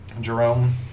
Jerome